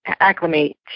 acclimate